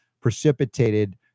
precipitated